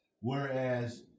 whereas